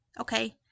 Okay